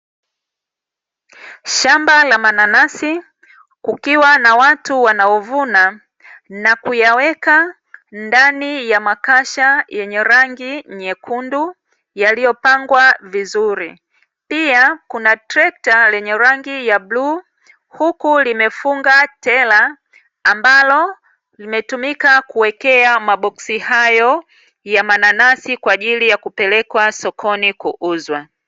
Shamba la mananasi kukiwa nawatu wanao vuna na kuyaweka ndani ya makasha yenye rangi nyekundu yaliyopangwa vizuri, pia kuna trekta lenye rangi ya bluu, huku limefunga tela ambalo limatumika kuwekea maboksi hayo ya mananasi, kwaajili ya kupelekwa sokoni kuuzwa.